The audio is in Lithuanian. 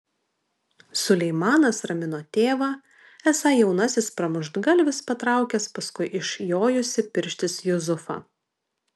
suleimanas ramino tėvą esą jaunasis pramuštgalvis patraukęs paskui išjojusį pirštis jusufą